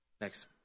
Next